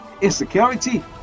insecurity